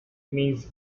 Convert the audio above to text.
means